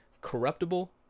corruptible